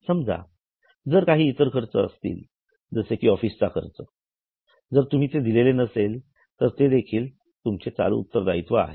समजा जर काही इतर खर्च असतील जसे कि ऑफिसचा खर्च जर तुम्ही ते दिलेले नसेल तर तर ते देखील चालू उत्तरदायित्व आहे